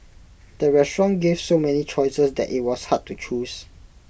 the restaurant gave so many choices that IT was hard to choose